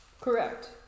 Correct